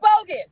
bogus